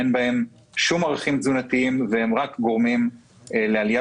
אין בהן שום ערכים תזונתיים והן רק גורמות לעלייה